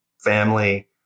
family